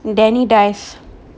danny dies